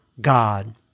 God